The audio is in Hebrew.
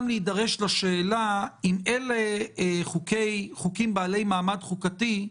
להידרש לשאלה אם אלה חוקים בעלי מעמד חוקתי,